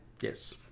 Yes